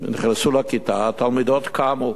נכנסו לכיתה, התלמידות קמו,